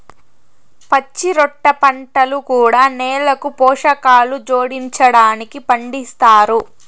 పచ్చిరొట్ట పంటలు కూడా నేలకు పోషకాలు జోడించడానికి పండిస్తారు